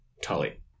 Tully